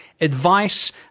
advice